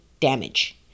damage